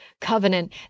covenant